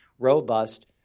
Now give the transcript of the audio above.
robust